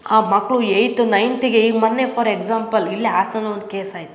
ಆ ಮಕ್ಕಳು ಎಯ್ತು ನೈಂತಿಗೆ ಈಗ ಮೊನ್ನೆ ಫಾರ್ ಎಕ್ಸಾಂಪಲ್ ಇಲ್ಲೇ ಹಾಸನ ಒಂದು ಕೇಸ್ ಆಯಿತು